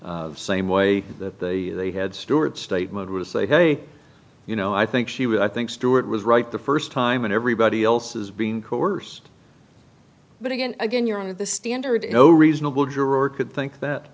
same way that they they had stewart statement will say hey you know i think she would i think stewart was right the st time and everybody else is being coerced but again again you're the standard no reasonable juror could think that